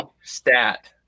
Stat